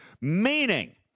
Meaning